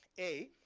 a,